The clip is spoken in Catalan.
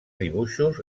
dibuixos